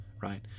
right